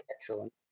Excellent